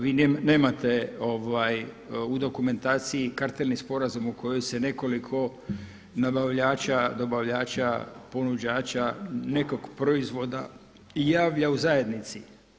Vi nemate u dokumentaciji kartelni sporazum u kojem se nekoliko nabavljača, dobavljača, ponuđača nekog proizvoda javlja u zajednici.